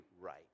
right